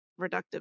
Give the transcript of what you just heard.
reductive